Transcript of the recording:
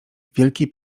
wielki